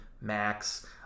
Max